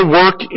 work